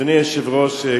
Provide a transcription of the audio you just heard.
אדוני היושב-ראש,